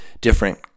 different